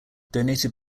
donated